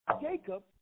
Jacob